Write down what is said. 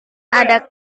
ada